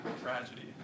Tragedy